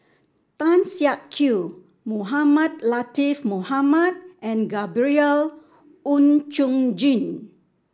Tan Siak Kew Mohamed Latiff Mohamed and Gabriel Oon Chong Jin